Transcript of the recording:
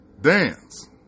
dance